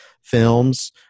films